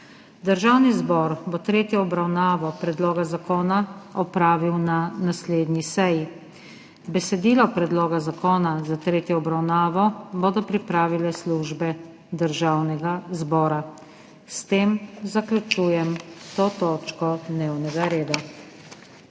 Državni zbor bo tretjo obravnavo predloga zakona opravil na naslednji seji. Besedilo predloga zakona za tretjo obravnavo bodo pripravile službe Državnega zbora. S tem zaključujem to točko dnevnega reda.